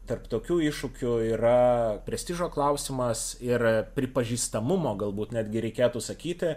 tarp tokių iššūkių yra prestižo klausimas ir pripažistamumo galbūt netgi reikėtų sakyti